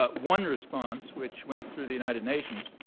but one response, which went through the united nations,